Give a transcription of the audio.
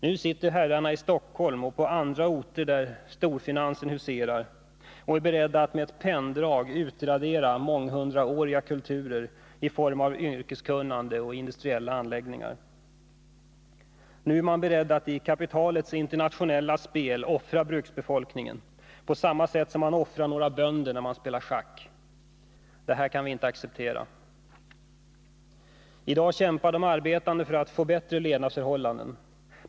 Nu sitter herrarna i Stockholm och på andra orter där storfinansen huserar och är beredda att med ett penndrag utradera månghundraåriga kulturer i form av yrkeskunnande och industriella anläggningar. Nu är man beredd att i kapitalets internationella spel offra bruksbefolkningen på samma sätt som man offrar några bönder när man spelar schack. Det här kan vi inte acceptera. I dag kämpar de arbetande för att få bättre levnadsförhållanden.